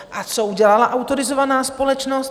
A co udělala autorizovaná společnost?